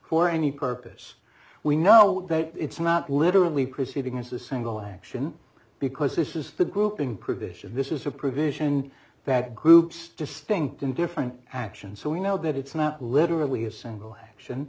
or any purpose we know that it's not literally proceeding as a single action because this is the grouping provision this is a provision that groups distinct and different actions so we know that it's not literally a single action